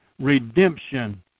redemption